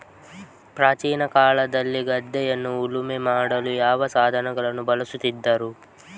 ಪ್ರಾಚೀನ ಕಾಲದಲ್ಲಿ ಗದ್ದೆಯನ್ನು ಉಳುಮೆ ಮಾಡಲು ಯಾವ ಸಾಧನಗಳನ್ನು ಬಳಸುತ್ತಿದ್ದರು?